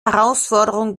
herausforderung